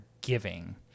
giving